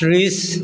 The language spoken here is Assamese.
ত্ৰিছ